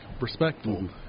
respectful